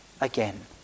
again